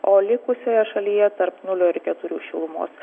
o likusioje šalyje tarp nulio ir keturių šilumos